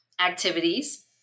activities